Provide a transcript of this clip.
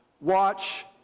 watch